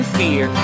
fear